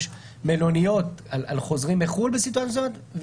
יש מלוניות על חוזרים מחו"ל בסיטואציה כזאת.